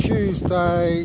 Tuesday